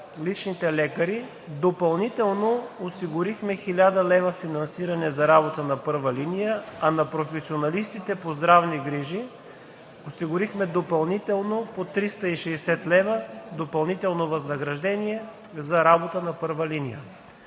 личните лекари, допълнително осигурихме 1000 лв. финансиране за работа на първа линия, а на професионалистите по здравни грижи осигурихме по 360 лв. допълнително възнаграждение за работа на първа линия.